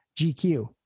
gq